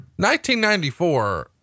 1994